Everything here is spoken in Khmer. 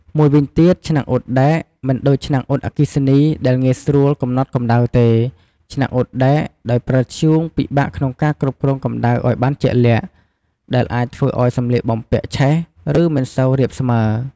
មួយវិញទៀត ឆ្នាំងអ៊ុតដែក មិនដូចឆ្នាំងអ៊ុតអគ្គិសនីដែលងាយស្រួលកំណត់កម្ដៅទេ ឆ្នាំងអ៊ុតដែកដោយប្រើធ្យូងពិបាកក្នុងការគ្រប់គ្រងកម្ដៅឱ្យបានជាក់លាក់ ដែលអាចធ្វើឱ្យសម្លៀកបំពាក់ឆេះ ឬមិនសូវរាបស្មើ។